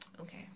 Okay